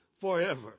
forever